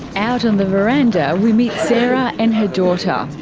out on the veranda we meet sarah and her daughter.